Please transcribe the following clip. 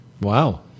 Wow